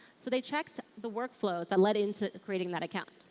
so they checked the workflow that led into creating that account.